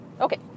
Okay